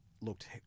looked